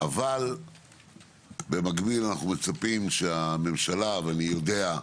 אבל במקביל אנחנו מצפים שהממשלה, ואני יודע,